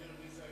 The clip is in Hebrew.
תסביר מי היה